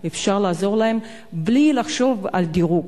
אפשר לעזור להם בלי לחשוב על דירוג,